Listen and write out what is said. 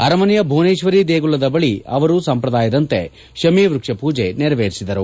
ಅರಮನೆಯ ಭುವನೇಶ್ವರಿ ದೇಗುಲದ ಬಳಿ ಅವರು ಸಂಪ್ರದಾಯದಂತೆ ಶಮಿ ವ್ವಕ್ಷಪೂಜೆ ನೆರವೇರಿಸಿದರು